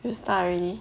you start already